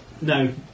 No